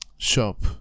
shop